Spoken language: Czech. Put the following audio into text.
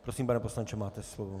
Prosím, pane poslanče, máte slovo.